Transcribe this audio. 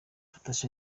natasha